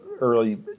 early